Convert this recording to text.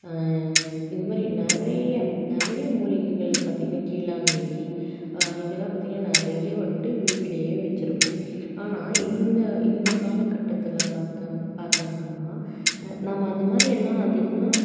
இந்தமாதிரி நிறைய நிறையா மூலிகைகள் பார்த்தீங்கன்னா கீழாநெல்லி இதெல்லாம் பார்த்தீங்கன்னா நிறைய வந்துட்டு வீட்டிலையே வச்சிருப்போம் ஆனால் இந்த இந்த காலகட்டத்தில் பார்த்தோம் பார்த்தோம்னா நம்ம அந்த மாதிரியெல்லாம் அதிகமாக